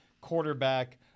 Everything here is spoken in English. quarterback